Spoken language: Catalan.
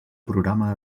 programa